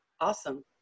Awesome